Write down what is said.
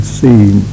seen